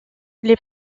les